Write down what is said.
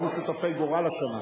אנחנו שותפי גורל השנה.